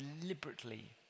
deliberately